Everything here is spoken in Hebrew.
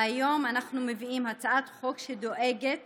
והיום אנחנו מביאים הצעת חוק שדואגת